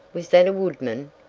was that a woodman?